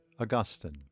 Augustine